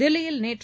தில்லியில் நேற்று